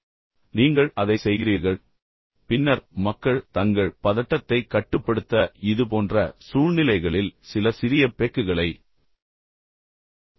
எனவே நீங்கள் அதைச் செய்கிறீர்கள் பின்னர் மக்கள் தங்கள் பதட்டத்தைக் கட்டுப்படுத்த இதுபோன்ற சூழ்நிலைகளில் சில சிறிய பெக்குகளை குடிக்கிறார்கள்